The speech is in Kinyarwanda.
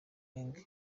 eng